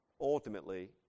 Ultimately